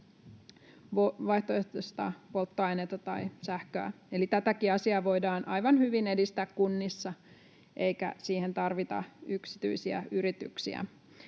vaihtoehtoisia polttoaineita tai sähköä. Eli tätäkin asiaa voidaan aivan hyvin edistää kunnissa, eikä siihen tarvita yksityisiä yrityksiä.